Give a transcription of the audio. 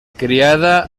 criada